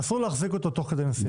אסור להחזיק אותו תוך כדי נסיעה.